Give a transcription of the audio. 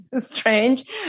strange